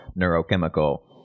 neurochemical